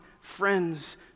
friends